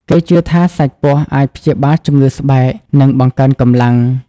គេជឿថាសាច់ពស់អាចព្យាបាលជំងឺស្បែក និងបង្កើនកម្លាំង។